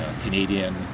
Canadian